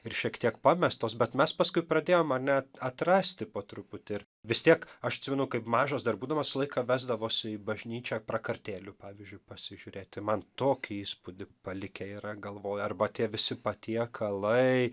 ir šiek tiek pamestos bet mes paskui pradėjom ar ne atrasti po truputį ir vis tiek aš atsimenu kaip mažas dar būdamas laiką vesdavosi į bažnyčią prakartėlių pavyzdžiui pasižiūrėt tai man tokį įspūdį palikę yra galvoj arba tie visi patiekalai